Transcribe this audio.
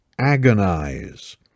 agonize